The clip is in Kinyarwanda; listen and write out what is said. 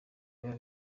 biba